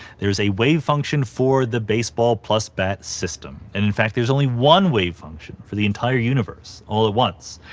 there's a wave function for the baseball plus bat system. and, in fact, there's only one wave function for the entire universe all at once.